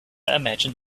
imagined